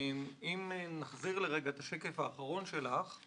אם נחזיר לרגע את השקף האחרון שלך,